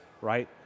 right